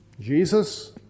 Jesus